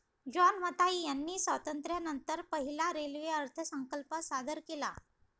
John Mathai यांनी स्वातंत्र्यानंतर पहिला रेल्वे अर्थसंकल्प सादर केला